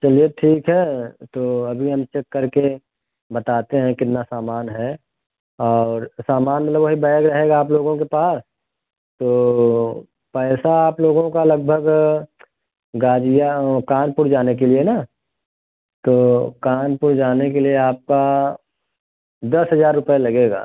चलिए ठीक है तो अभी हम चेक करके बताते हैं कितना सामान है और सामान मतलब वही बैग रहेगा आप लोगों के पास तो पैसा आप लोगों का लगभग गाज़िया कानपुर जाने के लिए ना तो कानपुर जाने के लिए आपका दस हज़ार रुपये लगेंगे